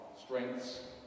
strengths